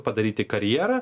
padaryti karjerą